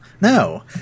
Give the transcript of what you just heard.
No